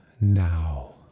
now